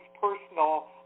personal